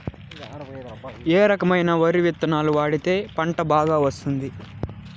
ఏ రకమైన వరి విత్తనాలు వాడితే పంట బాగా వస్తుంది?